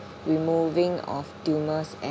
removing of tumors